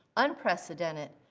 unprecedented,